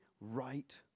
right